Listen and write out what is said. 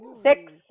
Six